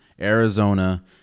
Arizona